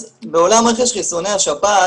אז בעולם של חיסוני השפעת